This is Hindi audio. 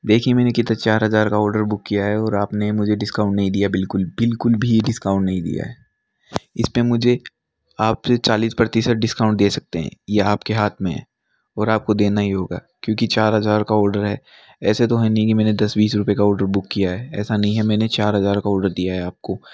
देखिए मैंने कितने चार हज़ार का ऑर्डर बुक किया है और आपने मुझे डिस्काउंट नहीं दिया बिल्कुल बिल्कुल भी डिस्काउंट नहीं दिया है इसपे मुझे आपसे चालीस प्रतिशत डिस्काउंट दे सकते हैं ये आपके हाथ में है और आपको देना ही होगा क्योंकि चार हज़ार का ऑर्डर है ऐसे तो हैं नहीं कि मैंने दस बीस रुपये का ऑर्डर बुक किया है ऐसा नहीं है मैंने चार हज़ार का ऑर्डर दिया है आपको